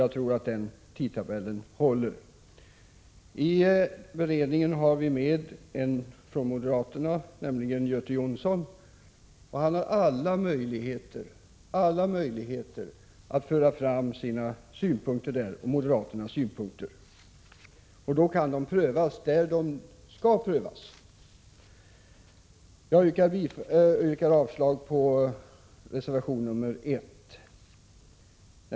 Jag tror också att den tidsplanen håller. I beredningen har vi en ledamot från moderaterna, nämligen Göte Jonsson. Han har alla möjligheter att föra fram moderaternas synpunkter där. Då kan de prövas där de skall prövas. Jag yrkar avslag på reservation 1.